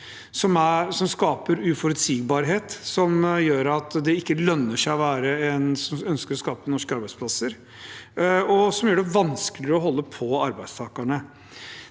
skaper uforutsigbarhet, gjør at det ikke lønner seg å være en som ønsker å skape norske arbeidsplasser, og gjør det vanskeligere å holde på arbeidstakerne.